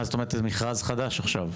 אז זה מכרז חדש עכשיו?